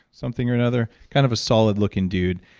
something or another, kind of a solid-looking dude.